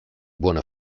buona